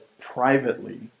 privately